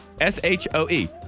S-H-O-E